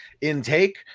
intake